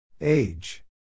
Age